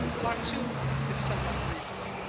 part two is somewhat briefer.